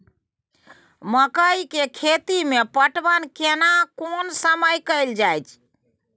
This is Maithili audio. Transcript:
मकई के खेती मे पटवन केना कोन समय कैल जाय?